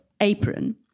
apron